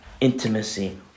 Intimacy